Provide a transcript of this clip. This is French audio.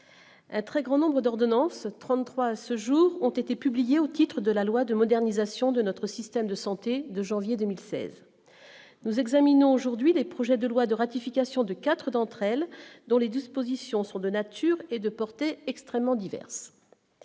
un très grand nombre d'ordonnances 33 ce jour ont été publiés au titre de la loi de modernisation de notre système de santé de janvier 2016, nous examinons aujourd'hui les projets de loi de ratification de 4 d'entre elles, dont les dispositions sont de nature et de porter extrêmement diverses,